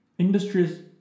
Industries